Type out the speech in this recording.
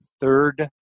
third